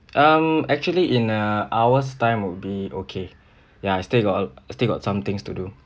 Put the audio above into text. um actually in a hour's time would be okay ya I still got still got some things to do